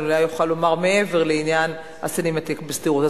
אולי אוכל לומר מעבר לעניין הסינמטק בשדרות.